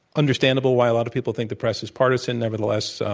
understandable why a lot of people think the press is partisan. nevertheless,